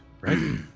right